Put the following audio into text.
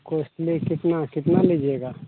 costly कितना कितना लीजिएगा